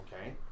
okay